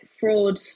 fraud